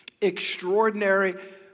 extraordinary